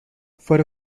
for